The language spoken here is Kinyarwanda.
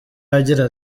agira